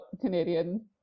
canadian